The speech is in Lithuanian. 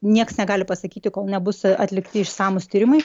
nieks negali pasakyti kol nebus atlikti išsamūs tyrimai